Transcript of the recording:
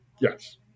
Yes